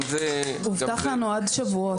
הובטח לנו עד שבועות.